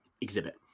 exhibit